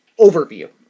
overview